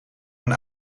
een